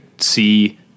See